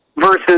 versus